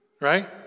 Right